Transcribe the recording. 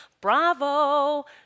bravo